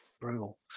brutal